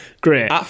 Great